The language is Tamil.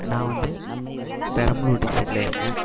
நான் வந்து பெரம்பலூர் டிஸ்ட்ரிக்கில் இருக்கேன்